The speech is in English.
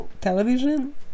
television